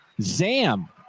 Zam